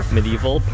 Medieval